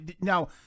Now